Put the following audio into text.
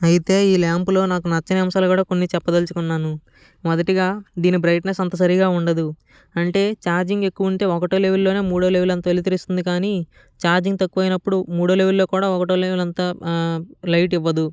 అయితే ఈ ల్యాంపులో నాకు నచ్చని అంశాలు కూడా కొన్ని చెప్పదలుచుకున్నాను మొదటగా దీని బ్రైట్నెస్ అంత సరిగా ఉండదు అంటే ఛార్జింగ్ ఎక్కువ ఉంటే ఒకటో లెవెల్లోనే మూడో లెవెల్ అంత వెలుతురు ఇస్తుంది కాని ఛార్జింగ్ తక్కువ అయినప్పుడు మూడో లెవెల్లో కూడా ఒకటో లెవెల్ అంత లైట్ ఇవ్వదు